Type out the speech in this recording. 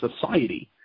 society